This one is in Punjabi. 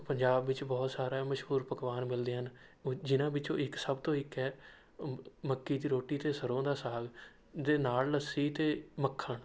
ਪੰਜਾਬ ਵਿੱਚ ਬਹੁਤ ਸਾਰੇ ਮਸ਼ਹੂਰ ਪਕਵਾਨ ਮਿਲਦੇ ਹਨ ਉਹ ਜਿਨ੍ਹਾਂ ਵਿੱਚੋਂ ਇੱਕ ਸਭ ਤੋਂ ਇੱਕ ਹੈ ਮੱਕੀ ਦੀ ਰੋਟੀ ਅਤੇ ਸਰ੍ਹੋਂ ਦਾ ਸਾਗ ਦੇ ਨਾਲ ਲੱਸੀ ਅਤੇ ਮੱਖਣ